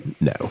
No